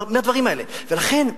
לכן,